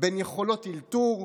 בין יכולות אלתור,